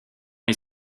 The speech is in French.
est